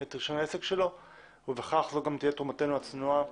את רישיון העסק שלו וזאת תהיה תרומתנו הצנועה